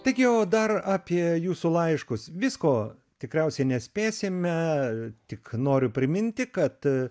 taigi o dar apie jūsų laiškus visko tikriausiai nespėsime tik noriu priminti kad